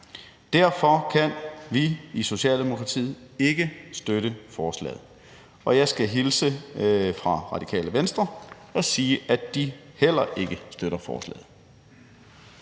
Derfor kan vi i Socialdemokratiet ikke støtte forslaget. Og jeg skal hilse fra Det Radikale Venstre og sige, at de heller ikke støtter forslaget.